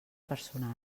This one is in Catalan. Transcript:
personal